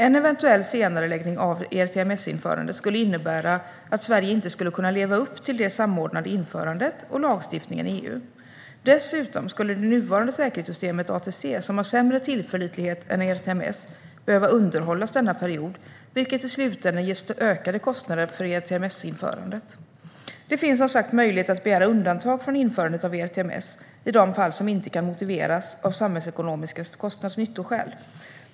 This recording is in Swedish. En eventuell senareläggning av ERTMS-införandet skulle innebära att Sverige inte skulle kunna leva upp till det samordnade införandet och lagstiftningen i EU. Dessutom skulle det nuvarande säkerhetssystemet, ATC, som har sämre tillförlitlighet än ERTMS, behöva underhållas denna period, vilket i slutänden ger ökade kostnader för ERTMS-införandet. Det finns som sagt möjlighet att begära undantag från införandet av ERTMS i de fall som inte kan motiveras av samhällsekonomiska kostnads-nyttoskäl.